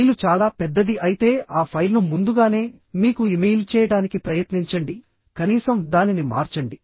file చాలా పెద్దది అయితే ఆ ఫైల్ను ముందుగానే మీకు ఇమెయిల్ చేయడానికి ప్రయత్నించండి కనీసం దానిని మార్చండి